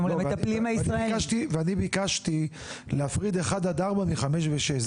לא, אני ביקשתי להפריד 1-4 מחמש ושש.